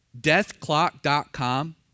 deathclock.com